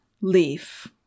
leaf